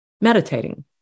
meditating